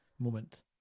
moment